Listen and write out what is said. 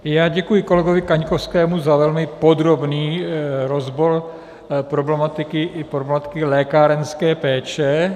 Já děkuji kolegovi Kaňkovskému za velmi podrobný rozbor problematiky i problematiky lékárenské péče.